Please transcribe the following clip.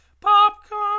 Popcorn